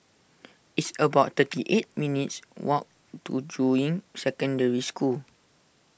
it's about thirty eight minutes' walk to Juying Secondary School